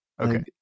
Okay